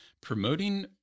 Promoting